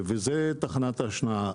זה תחנת ההשנעה.